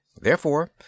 Therefore